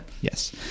Yes